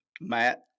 Matt